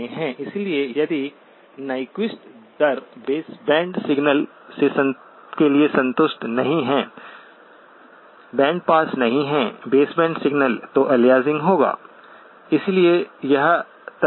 इसलिए यदि न्याक्विस्ट दर बेस बैंड सिग्नल्स के लिए संतुष्ट नहीं है बैंडपास नहीं बेस बैंड सिग्नल्स तो अलियासिंग होगा